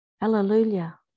Hallelujah